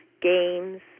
games